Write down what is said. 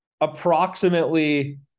approximately